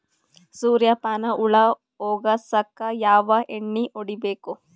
ಸುರ್ಯಪಾನ ಹುಳ ಹೊಗಸಕ ಯಾವ ಎಣ್ಣೆ ಹೊಡಿಬೇಕು?